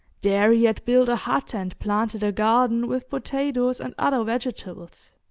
there he had built a hut and planted a garden with potatoes and other vegetables.